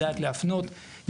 יודעת להפנות,